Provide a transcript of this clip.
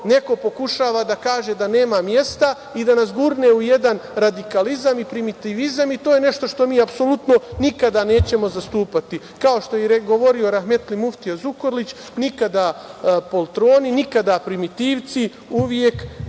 neko pokušava da kaže da nema mesta i da nas gurne u jedan radikalizam i primitivizam. To je nešto što mi apsolutno nikada nećemo zastupati, kao što je govorio rahmetli Muftija Zukorlić - nikada poltroni, nikada primitivci, uvek